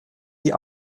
die